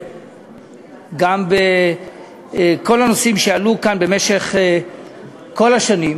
גם בכל הנושאים שעלו כאן במשך כל השנים.